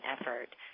effort